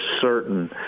certain